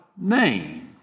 name